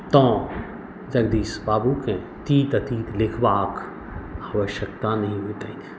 तऽ जगदीश बाबूकेँ तीत अतीत लिखबाक आवश्यकता नहि होइतनि